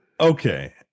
Okay